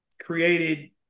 created